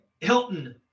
Hilton